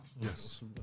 Yes